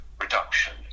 reduction